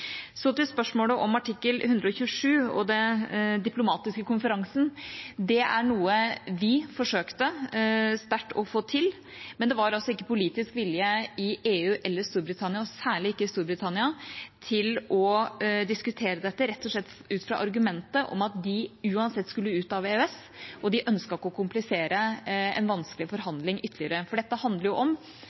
Så til spørsmålet om artikkel 127 og den diplomatiske konferansen: Det er noe vi forsøkte sterkt å få til, men det var altså ikke politisk vilje i EU eller Storbritannia, særlig ikke i Storbritannia, til å diskutere dette – rett og slett ut fra argumentet om at de uansett skulle ut av EØS, og de ønsket ikke å komplisere en vanskelig forhandling ytterligere. For dette handler jo om